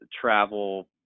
travel –